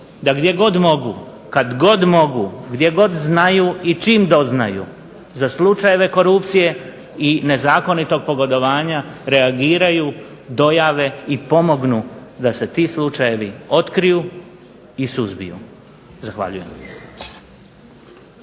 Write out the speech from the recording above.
da kada god mogu, gdje god mogu, gdje god znaju i čim doznaju za slučajeve korupcije i nezakonitog pogodovanja reagiraju, dojave i pomognu da se ti slučajevi otkriju i suzbiju. Zahvaljujem.